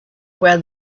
where